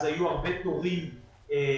אז היו הרבה תורים לכספומטים.